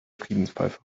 friedenspfeife